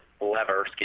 lever